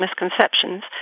misconceptions